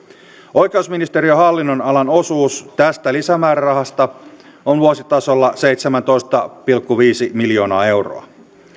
oikeusministeriön hallinnonalan osuus tästä lisämäärärahasta on vuositasolla seitsemäntoista pilkku viisi miljoonaa euroa